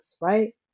right